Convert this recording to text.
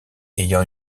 ayant